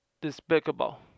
despicable